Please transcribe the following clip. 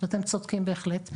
אתם צודקים בהחלט.